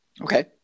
Okay